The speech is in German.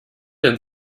denn